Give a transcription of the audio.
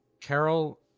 Carol